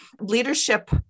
leadership